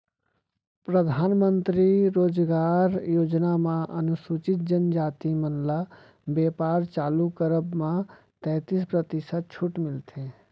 परधानमंतरी रोजगार योजना म अनुसूचित जनजाति मन ल बेपार चालू करब म तैतीस परतिसत छूट मिलथे